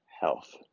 health